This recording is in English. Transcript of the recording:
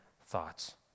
thoughts